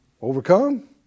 overcome